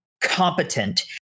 competent